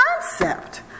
concept